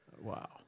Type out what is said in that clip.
Wow